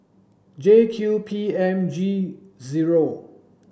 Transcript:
J Q P M G zero